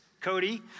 Cody